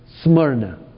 Smyrna